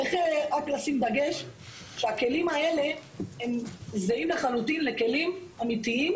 צריך רק לשים דגש שהכלים האלה הם זהים לחלוטין לכלים אמיתיים,